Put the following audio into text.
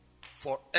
forever